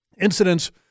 Incidents